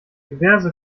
diverse